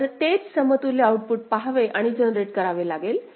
तर तेच समतुल्य आउटपुट पहावे आणि जनरेट करावे लागेल